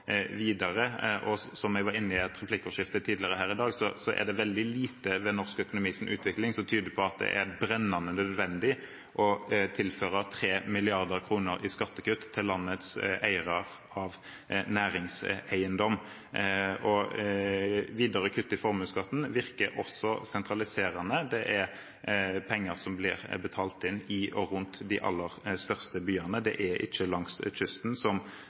videre. Og som jeg var inne på i et replikkordskifte tidligere her i dag, er det veldig lite ved norsk økonomis utvikling som tyder på at det er brennende nødvendig å tilføre 3 mrd. kr til skattekutt til landets eiere av næringseiendom. Videre kutt i formuesskatten virker også sentraliserende – det er penger som blir betalt inn i og rundt de aller største byene; det er ikke langs kysten,